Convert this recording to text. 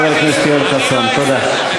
חבר הכנסת יואל חסון, תודה.